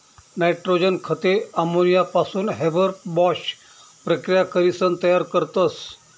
nitrogen खते अमोनियापासून Haber Bosch प्रकिया करीसन तयार करतस